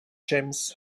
james